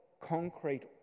concrete